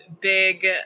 big